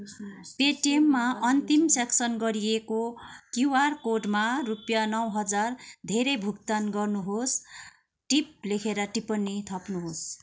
पेटिएममा अन्तिम सेक्सन गरिएको क्युआर कोडमा रुपियाँ नौ हजार धेरै भुक्तान गर्नुहोस् टिप लेखेर टिप्पणी थप्नुहोस्